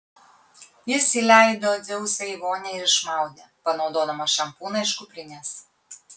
jis įleido dzeusą į vonią ir išmaudė panaudodamas šampūną iš kuprinės